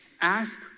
Ask